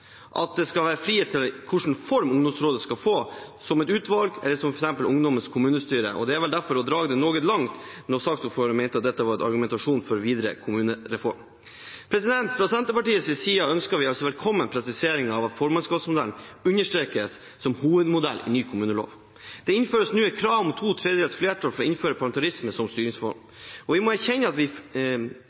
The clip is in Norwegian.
at det skal være frihet til hvilken form ungdomsrådet skal få – som et utvalg, eller som f.eks. ungdommens kommunestyre. Det er vel derfor å dra det noe langt når saksordføreren mente at dette var et argument for videre kommunereform. Fra Senterpartiets side ønsker vi velkommen presiseringen av at formannskapsmodellen understrekes som hovedmodell i ny kommunelov. Det innføres nå et krav om to tredjedels flertall for å innføre parlamentarisme som styringsform. Vi må erkjenne at vi